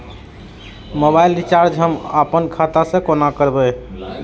Mobile recharge हम आपन खाता से कोना करबै?